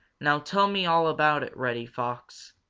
now tell me all about it, reddy fox.